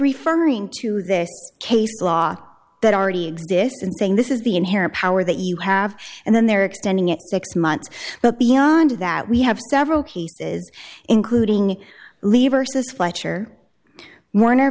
referring to this case law that are he exists in saying this is the inherent power that you have and then they're extending it six months but beyond that we have several cases including lever says fletcher warner